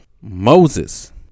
Moses